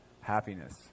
happiness